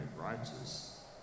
righteous